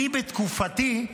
בתקופתי,